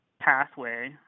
pathway